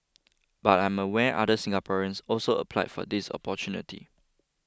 but I am aware other Singaporeans also applied for this opportunity